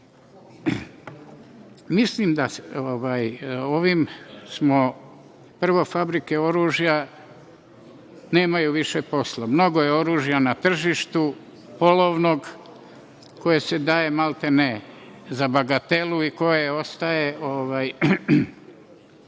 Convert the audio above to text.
redu. Mislim da ovim, prvo, fabrike oružja nemaju više posla. Mnogo je oružja na tržištu, polovnog, koje se daje, maltene, za bagatelu i koje ostaje